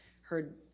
heard